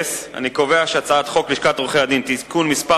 חוק לשכת עורכי-הדין (תיקון מס'